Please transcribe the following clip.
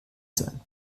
sein